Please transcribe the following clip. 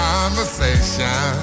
Conversation